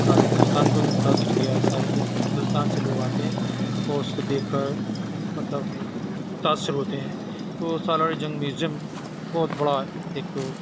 سارے ہندوستان كو بھی متأثر كیا ہے سارے ہندوستان سے لوگ آتے ہیں اور اس كو دیكھ كر مطلب متأثر ہوتے ہیں وہ سالار جنگ میوزیم بہت بڑا ایک